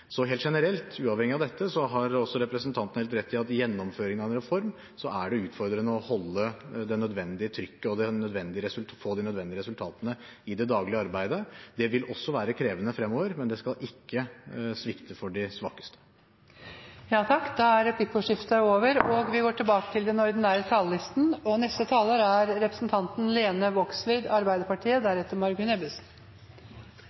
Så helt generelt, uavhengig av dette, har også representanten helt rett i at i gjennomføringen av en reform er det utfordrende å holde det nødvendige trykket og få de nødvendige resultatene i det daglige arbeidet. Det vil også være krevende fremover, men det skal ikke svikte for de svakeste. Replikkordskiftet er over. De talere som heretter får ordet, har en taletid på inntil 3 minutter. Å få hjelp når ein treng det, er og blir det viktigaste anten me snakkar om helsehjelp, politirespons eller brann og